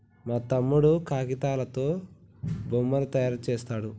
మా తమ్ముడు కాగితాలతో బొమ్మలు తయారు చేస్తాడు